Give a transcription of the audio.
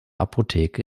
apotheke